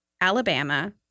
Alabama